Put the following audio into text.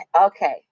Okay